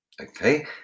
okay